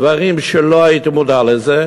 דברים שלא הייתי מודע להם,